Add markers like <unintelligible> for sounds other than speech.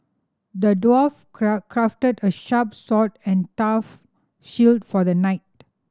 the dwarf <unintelligible> crafted a sharp sword and tough shield for the knight